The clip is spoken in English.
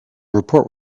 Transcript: report